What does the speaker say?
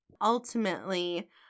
ultimately